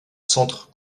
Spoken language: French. centres